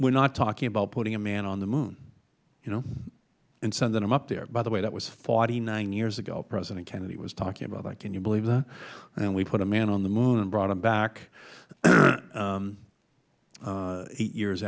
are not talking about putting a man on the moon and sending them up there by the way that was forty nine years ago president kennedy was talking about that can you believe that and we put a man on the moon and brought him back eight years